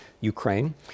Ukraine